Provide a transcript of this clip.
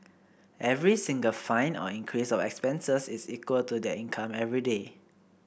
every single fine or increase of expenses is equal to their income everyday